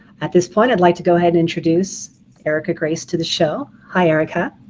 at this point i'd like to go ahead and introduce erica grace to the show. hi erica.